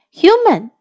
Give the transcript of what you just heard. human